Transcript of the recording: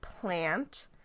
plant